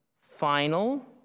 final